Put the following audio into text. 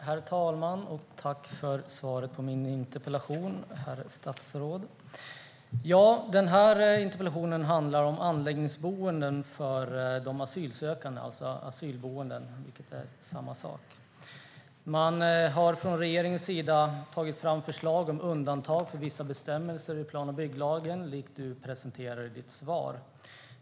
Herr talman! Tack för svaret på min interpellation, herr statsråd! Den här interpellationen handlar om anläggningsboenden för de asylsökande, alltså asylboenden - det är samma sak. Man har från regeringens sida tagit fram förslag om undantag från vissa bestämmelser i plan och bygglagen, precis som du presenterar i ditt svar.